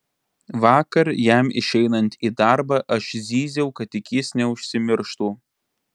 vakar jam išeinant į darbą aš zyziau kad tik jis neužsimirštų